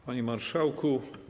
Panie Marszałku!